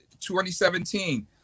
2017